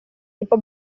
tipo